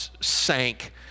sank